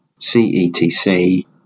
CETC